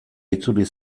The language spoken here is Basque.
itzuli